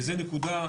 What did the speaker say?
וזה נקודה,